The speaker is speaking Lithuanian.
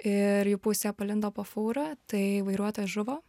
ir jų pusė palindo po fūra tai vairuotojas žuvo